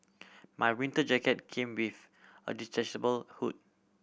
my winter jacket came with a detachable hood